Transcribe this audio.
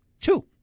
Two